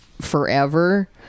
forever